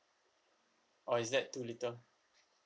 or is that too little